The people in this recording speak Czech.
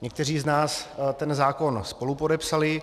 Někteří z nás ten zákon spolupodepsali.